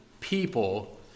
people